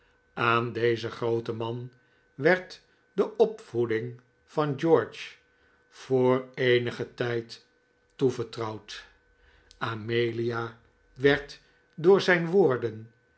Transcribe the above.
aan dezen grooten man werd de opvoeding van george voor eenigen tijd toevertrouwd amelia werd door zijn woorden